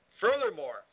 Furthermore